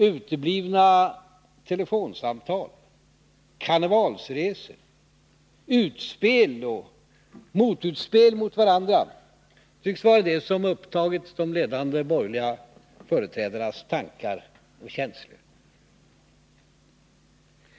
Uteblivna telefonsamtal, karnevalsresor, utspel och motutspel mot varandra tycks vara det som upptagit de ledande borgerliga företrädarnas tankar och känslor.